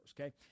okay